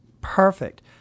perfect